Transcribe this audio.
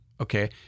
okay